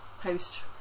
post